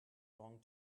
long